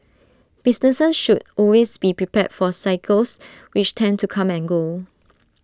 businesses should always be prepared for cycles which tend to come and go